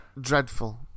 Dreadful